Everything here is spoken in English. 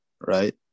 right